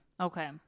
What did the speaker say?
Okay